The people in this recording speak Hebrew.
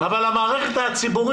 כמה שיהיה פחות, ההמתנה תהיה יותר ארוכה.